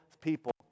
people